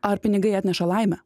ar pinigai atneša laimę